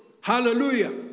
Hallelujah